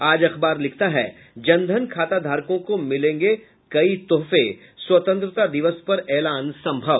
आज अखबार लिखता है जन धन खाता धारकों के मिलेंगे कई तोहफे स्वतंत्रता दिवस पर ऐलान सम्भव